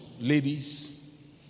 ladies